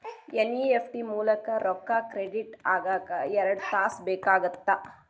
NEFT ಮೂಲಕ ರೊಕ್ಕಾ credit ಆಗಾಕ ಎರಡ್ ತಾಸ ಬೇಕಾಗತ್ತಾ